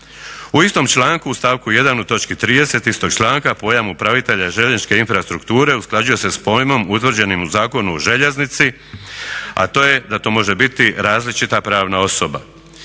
U istom članku u stavku 1.u točki 30.istog članka pojam upravitelja željezničke infrastrukture usklađuje se s pojmom utvrđenim u Zakonu o željeznici, a to je da to može biti različita pravna osoba.